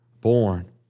born